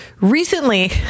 Recently